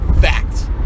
fact